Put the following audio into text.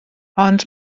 ond